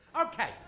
Okay